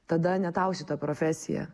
tada ne tau šita profesija